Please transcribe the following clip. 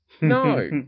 No